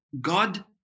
God